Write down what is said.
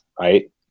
right